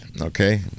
okay